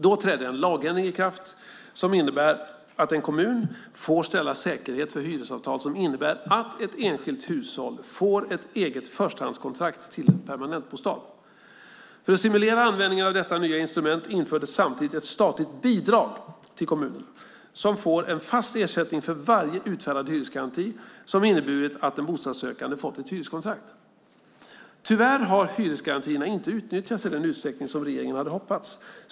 Då trädde en lagändring i kraft som innebär att en kommun får ställa säkerhet för hyresavtal som innebär att ett enskilt hushåll får ett eget förstahandskontrakt till en permanentbostad. För att stimulera användningen av detta nya instrument infördes samtidigt ett statligt bidrag till kommunerna, som får en fast ersättning för varje utfärdad hyresgaranti som inneburit att en bostadssökande fått ett hyreskontrakt. Tyvärr har hyresgarantierna inte utnyttjats i den utsträckning som regeringen hade hoppats.